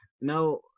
Now